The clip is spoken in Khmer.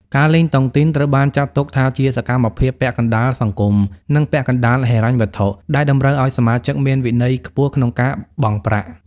ការលេងតុងទីនត្រូវបានចាត់ទុកថាជាសកម្មភាពពាក់កណ្ដាលសង្គម និងពាក់កណ្ដាលហិរញ្ញវត្ថុ ដែលតម្រូវឱ្យសមាជិកមានវិន័យខ្ពស់ក្នុងការបង់ប្រាក់។